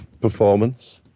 performance